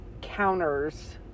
counters